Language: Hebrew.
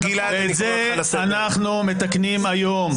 את זה אנחנו מתקנים היום.